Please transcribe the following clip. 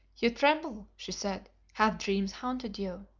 you tremble, she said have dreams haunted you?